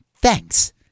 Thanks